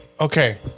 Okay